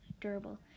durable